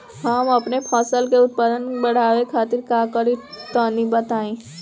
हम अपने फसल के उत्पादन बड़ावे खातिर का करी टनी बताई?